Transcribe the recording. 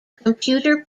computer